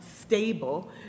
stable